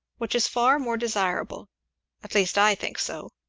which is far more desirable at least i think so.